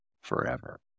forever